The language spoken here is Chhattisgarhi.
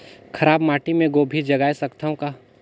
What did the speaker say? खराब माटी मे गोभी जगाय सकथव का?